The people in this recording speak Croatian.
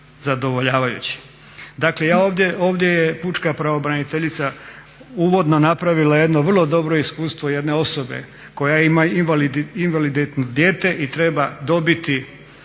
zadovoljavajući. Dakle ovdje je pučka pravobraniteljica uvodno napravila jedno vrlo dobro iskustvo jedne osobe koja ima invaliditetno dijete i treba dobiti